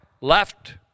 left